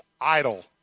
idle